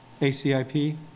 ACIP